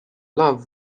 love